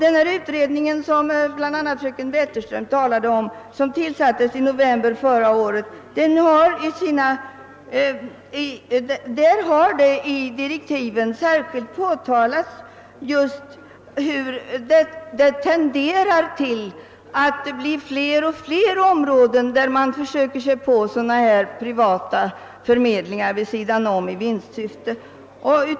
till den utredning som bl.a. fröken Wetterström talade om och som tillsattes i november förra året har särskilt påtalats just detta att tendenserna pekar mot :att man på fler och fler områden försöker sig på privata arbetsförmedlingar i vinstsyfte.